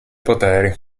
poteri